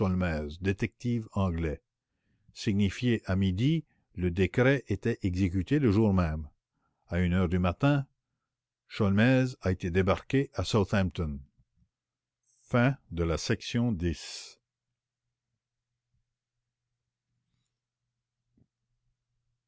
détective anglais signifié à midi le décret était exécuté le jour même à une heure du matin sholmès a été débarqué à southampton